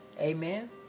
Amen